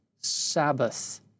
Sabbath